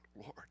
Lord